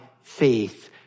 faith